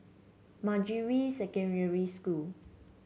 Manjusri Secondary School